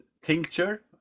tincture